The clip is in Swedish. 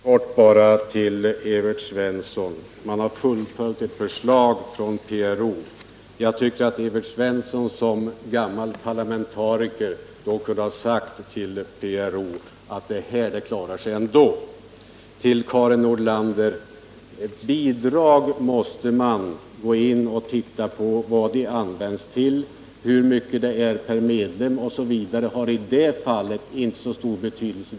Herr talman! Kort bara till Evert Svensson, när han säger att man har fullföljt ett förslag från PRO. Jag tycker att Evert Svensson som gammal parlamentariker kunde ha sagt till PRO att det här, det klarar sig ändå. Till Karin Nordlander: När det gäller bidrag måste man gå in och se på vad bidragen används till. Hur mycket det är per medlem osv. har i det fallet inte så stor betydelse.